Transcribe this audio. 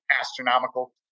astronomical